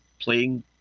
playing